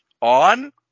on